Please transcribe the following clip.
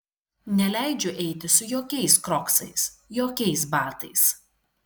neleidžiu eiti su jokiais kroksais jokiais batais